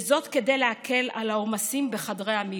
כדי להקל את העומסים בחדרי המיון.